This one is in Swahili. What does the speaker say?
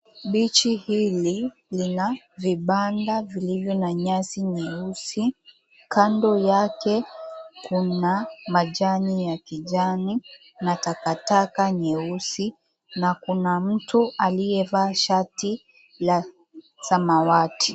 Beachi hili lina vibanda vilivyo na nyasi nyeusi. Kando yake kuna majani ya kijani na takataka nyeusi na kuna mtu aliyevaa shati la samawati.